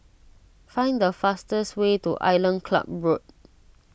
find the fastest way to Island Club Road